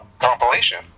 compilation